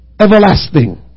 everlasting